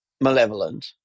malevolent